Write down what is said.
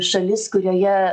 šalis kurioje